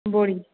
बोरी